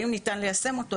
האם ניתן ליישם אותו,